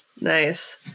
Nice